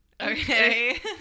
Okay